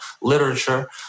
literature